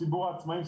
ציבור העצמאים,